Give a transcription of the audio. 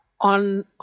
on